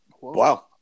Wow